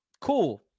cool